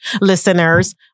listeners